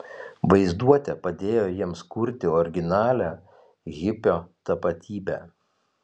vaizduotė padėjo jiems kurti originalią hipio tapatybę